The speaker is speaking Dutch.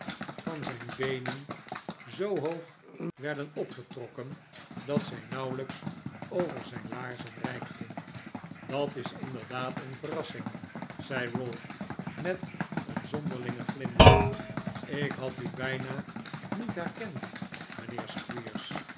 in zijn handen wreef beenen zoo hoog werden opgetrokken dat zij nauwelijks over zijn la arzen reikten dat is inderdaad een verrassing zei ralph met een zonderlingen glimlach ik had u bijna niet herkend